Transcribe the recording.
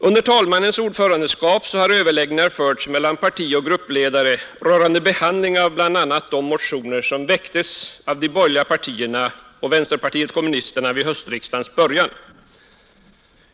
Under talmannens ordförandeskap har överläggningar förts mellan partioch gruppledare rörande behandlingen av bl.a. de motioner som väckts av de borgerliga partierna och vänsterpartiet kommunisterna vid höstriksdagens början.